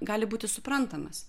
gali būti suprantamas